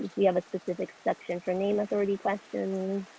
we have a specific section for name authority questions.